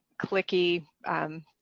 clicky –